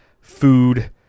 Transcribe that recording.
food